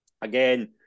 Again